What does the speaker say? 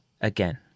again